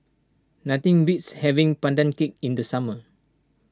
nothing beats having Pandan Cake in the summer